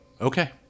okay